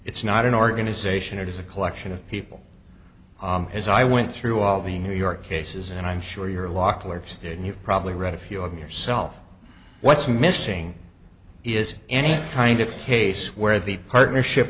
it's not an organization it is a collection of people as i went through all the new york cases and i'm sure your law clerks did and you probably read a few of them yourself what's missing is any kind of case where the partnership